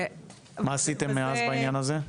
מה עשיתם מאז בעניין הזה?